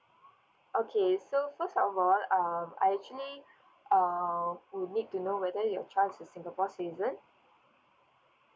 okay so first of all um I actually uh would need to know whether your child is singapore citizen